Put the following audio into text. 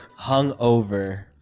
hungover